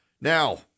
Now